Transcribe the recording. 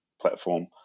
platform